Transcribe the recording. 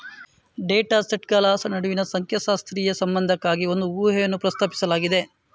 data ಸೆಟ್ಗಳ ನಡುವಿನ ಸಂಖ್ಯಾಶಾಸ್ತ್ರೀಯ ಸಂಬಂಧಕ್ಕಾಗಿ ಒಂದು ಊಹೆಯನ್ನು ಪ್ರಸ್ತಾಪಿಸಲಾಗಿದೆ